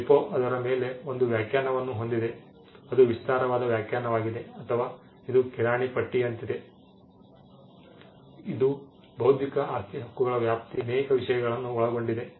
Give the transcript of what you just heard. WIPO ಅದರ ಮೇಲೆ ಒಂದು ವ್ಯಾಖ್ಯಾನವನ್ನು ಹೊಂದಿದೆ ಅದು ವಿಸ್ತಾರವಾದ ವ್ಯಾಖ್ಯಾನವಾಗಿದೆ ಅಥವಾ ಇದು ಕಿರಾಣಿ ಪಟ್ಟಿಯಂತಿದೆ ಇದು ಬೌದ್ಧಿಕ ಆಸ್ತಿ ಹಕ್ಕುಗಳ ವ್ಯಾಪ್ತಿಯಲ್ಲಿ ಅನೇಕ ವಿಷಯಗಳನ್ನು ಒಳಗೊಂಡಿದೆ